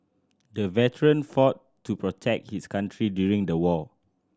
the veteran fought to protect his country during the war